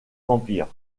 vampire